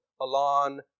Alon